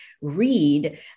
read